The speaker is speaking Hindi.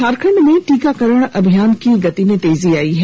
झारखंड में टीकाकरण अभियान की गति में तेजी आई है